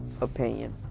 opinion